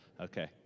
Okay